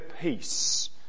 peace